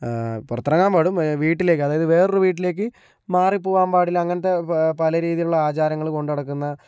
പുറത്തിറങ്ങാൻ പാടും വീട്ടിലേക്ക് അതായത് വേറൊരു വീട്ടിലേക്ക് മാറിപ്പോവാൻ പാടില്ല അങ്ങനത്തെ പല രീതിയിലുള്ള ആചാരങ്ങള് കൊണ്ടുനടക്കുന്ന